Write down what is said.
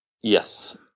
Yes